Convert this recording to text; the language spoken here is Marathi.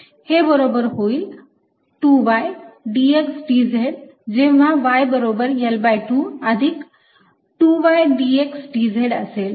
हे बरोबर होईल 2y dx dz जेव्हा y बरोबर L2 अधिक 2y dx dz असेल